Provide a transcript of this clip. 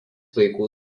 vaikų